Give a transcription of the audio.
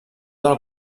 del